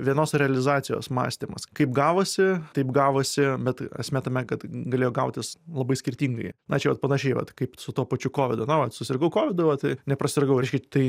vienos realizacijos mąstymas kaip gavosi taip gavosi bet esmė tame kad galėjo gautis labai skirtingai na čia vat panašiai vat kaip su tuo pačiu kovidu na vat susirgau kovidu vat neprasirgau reiškia tai